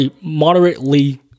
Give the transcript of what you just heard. Moderately